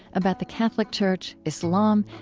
about the catholic church, islam,